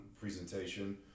presentation